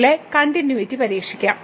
00 ലെ കണ്ടിന്യൂയിറ്റി പരിശോധിക്കാം